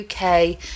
UK